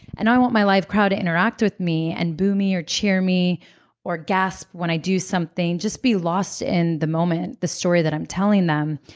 and i want my live crowd to interact with me and boo me or cheer me or gasp when i do something, just be lost in the moment, the story that i'm telling them.